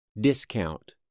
Discount